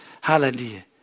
Hallelujah